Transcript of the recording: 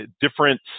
different